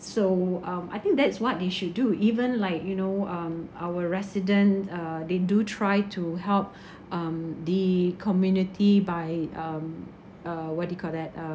so um I think that's what they should do even like you know um our resident uh they do try to help um the community by um uh what do you call that uh